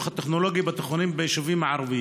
הטכנולוגי בתיכונים ביישובים הערביים,